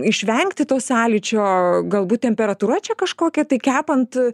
išvengti to sąlyčio galbūt temperatūra čia kažkokia tai kepant